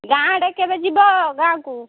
ଗାଁଡ଼େ କେବେ ଯିବ ଗାଁକୁ